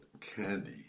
candy